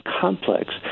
complex